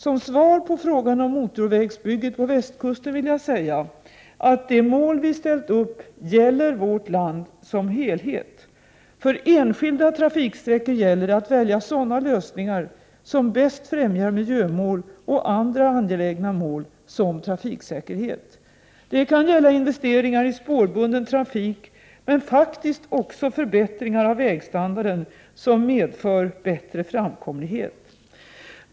Som svar på frågan om motorvägsbygget på västkusten vill jag säga, att de mål vi ställt upp gäller vårt land som helhet. För enskilda trafiksträckor gäller det att välja sådana lösningar som bäst främjar miljömål och andra angelägna mål, som trafiksäkerhet. Det kan gälla investeringar i spårbunden trafik, men faktiskt också förbättringar av vägstandarden som medför bättre framkomlighet.